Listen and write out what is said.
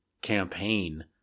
campaign